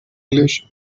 english